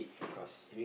of course